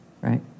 right